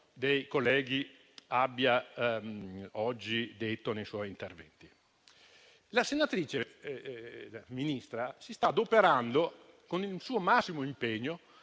dei colleghi abbia oggi evidenziato nel suo intervento. La senatrice e ministra si sta adoperando con il massimo impegno